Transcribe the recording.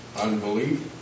unbelief